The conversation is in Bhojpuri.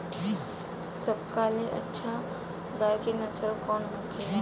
सबका ले अच्छा गाय के नस्ल कवन होखेला?